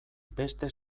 beste